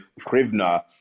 Krivna